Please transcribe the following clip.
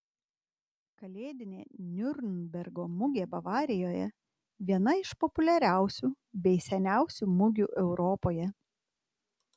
kalėdinė niurnbergo mugė bavarijoje viena iš populiariausių bei seniausių mugių europoje